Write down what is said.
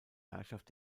herrschaft